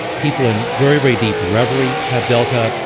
people in very, very deep revelry have delta.